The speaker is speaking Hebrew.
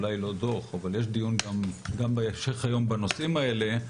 אולי לא דו"ח אבל יש דיון גם בהמשך היום בנושאים האלה,